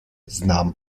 znam